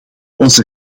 onze